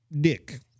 dick